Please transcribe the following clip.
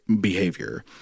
behavior